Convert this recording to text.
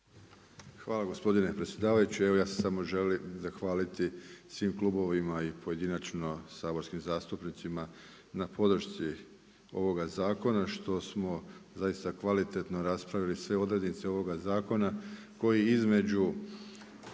Hvala gospodine predsjedavajući. Evo ja sam samo želim zahvaliti svim klubovima i pojedinačno saborskim zastupnicima na podršci ovoga zakona što smo zaista kvalitetno raspravili sve odrednice ovoga zakona koji između